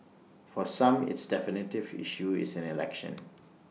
for some it's definitive issue is in election